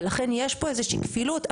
ולכן יש פה איזה שהיא כפילות.